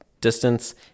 distance